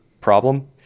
problem